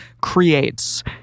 Creates